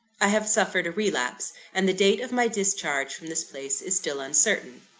i have suffered a relapse and the date of my discharge from this place is still uncertain.